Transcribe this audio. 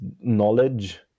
knowledge